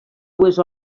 dues